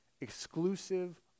Exclusive